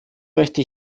möchte